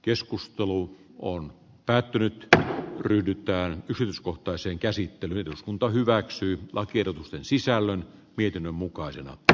keskustelu on päätynyt tähän ryhdytään kysymys kohtaisen käsittelyn eduskunta hyväksyy lakiehdotusten sisällön mietinnön mukaisen dr